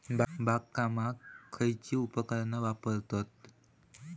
बागकामाक खयची उपकरणा वापरतत?